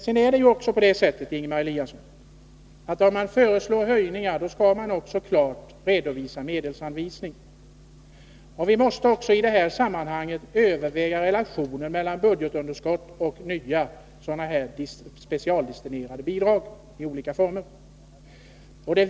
Dessutom är det så, Ingemar Eliasson, att om man föreslår höjningar, då skall man också klart redovisa en medelsanvisning. Vi måste också i det här sammanhanget ta hänsyn till relationen mellan budgetunderskott och nya, specialdestinerade bidrag i olika former.